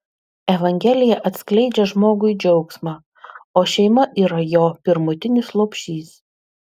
evangelija atskleidžia žmogui džiaugsmą o šeima yra jo pirmutinis lopšys